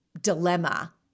dilemma